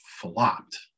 flopped